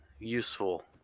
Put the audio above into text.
useful